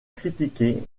critiqué